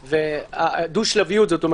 הדו-שלביות.